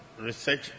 research